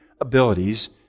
abilities